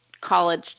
college